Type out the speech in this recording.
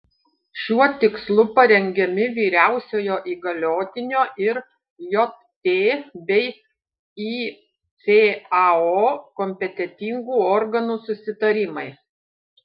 šiuo tikslu parengiami vyriausiojo įgaliotinio ir jt bei icao kompetentingų organų susitarimai